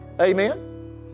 Amen